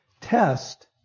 test